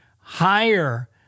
higher